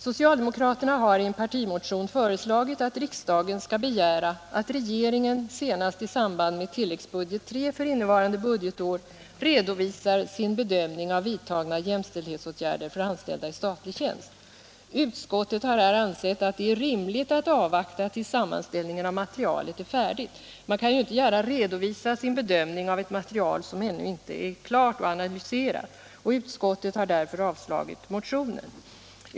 Socialdemokraterna har i en partimotion föreslagit att riksdagen skall begära att regeringen senast i samband med tilläggsbudget III för innevarande budgetår redovisar sin bedömning av vidtagna jämställdhetsåtgärder för anställda i statlig tjänst. Utskottet har ansett det rimligt att avvakta tills sammanställningen av materialet är färdig. Man kan ju inte gärna redovisa sin bedömning av ett material som ännu inte är klart och analyserat. Utskottet har därför avstyrkt motionen.